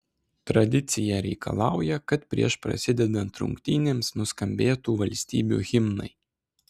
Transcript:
tradicija reikalauja kad prieš prasidedant rungtynėms nuskambėtų valstybių himnai